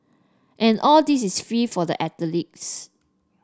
and all this is free for the athletes